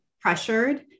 pressured